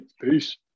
Peace